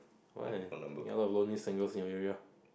why a lot of lonely singles in the area